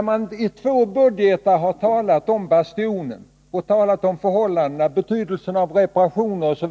Man har i två budgetar talat om förhållandena i Bastionen, behovet av reparationer, osv.